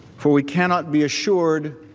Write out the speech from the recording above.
for we cannot be assured